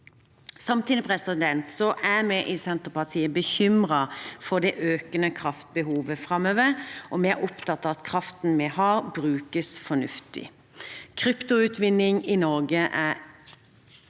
Samtidig er vi i Senterpartiet bekymret for det økende kraftbehovet framover, og vi er opptatt av at kraften vi har, brukes fornuftig. Kryptoutvinning i Norge er ikke det